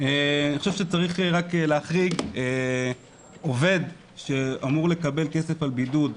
אני חושב שצריך רק להחריג עובד שאמור לקבל כסף על בידוד,